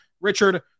Richard